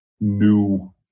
new